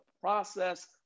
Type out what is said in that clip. process